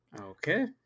okay